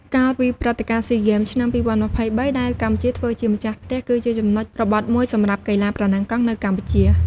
កាលពីព្រឹត្តិការណ៍ស៊ីហ្គេមឆ្នាំ ២០២៣ ដែលកម្ពុជាធ្វើជាម្ចាស់ផ្ទះ គឺជាចំណុចរបត់មួយសម្រាប់កីឡាប្រណាំងកង់នៅកម្ពុជា។